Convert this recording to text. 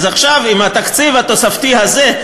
אז עכשיו עם התקציב התוספתי הזה,